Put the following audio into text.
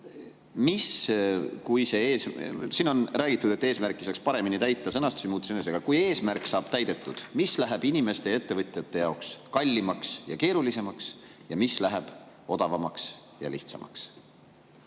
ma küsin niimoodi. Siin on räägitud, et eesmärki saaks paremini täita ja sõnastust muuta. Kui eesmärk saab täidetud, siis mis läheb inimeste ja ettevõtjate jaoks kallimaks ja keerulisemaks ning mis läheb odavamaks ja lihtsamaks?